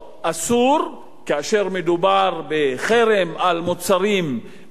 כאשר מדובר בחרם על מוצרים בשטחים הכבושים,